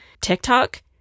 TikTok